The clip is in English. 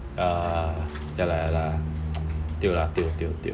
!wah! ya lah tio tio tio